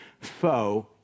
foe